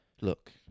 look